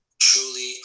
truly